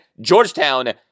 Georgetown